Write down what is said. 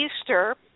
Easter